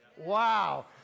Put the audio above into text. Wow